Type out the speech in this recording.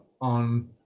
on